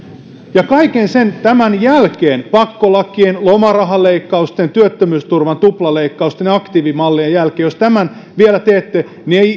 ja jos kaiken tämän jälkeen pakkolakien lomarahaleikkausten työttömyysturvan tuplaleikkausten ja aktiivimallien jälkeen tämän vielä teette niin